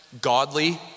Godly